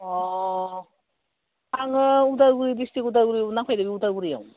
अ आङो उदालगुरि दिस्ट्रिक्ट उदालगुरियाव नांफैदो उदालगुरियाव